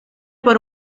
por